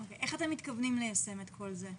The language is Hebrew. איך אתם מתכוונים ליישם את כל זה?